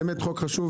באמת חוק חשוב.